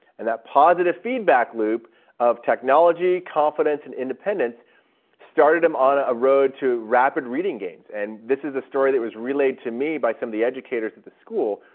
and that positive feedback loop of technology, confidence, and independence started him on a road to rapid reading gains. and this is a story that was relayed to me by some of the educators at the school,